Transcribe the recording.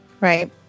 Right